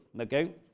okay